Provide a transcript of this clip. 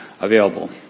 available